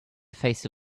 feisty